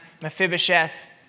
Mephibosheth